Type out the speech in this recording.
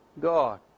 God